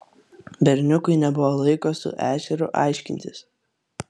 berniukui nebuvo laiko su ešeriu aiškintis